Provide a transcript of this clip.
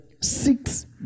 six